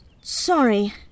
Sorry